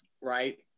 Right